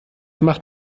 macht